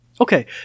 Okay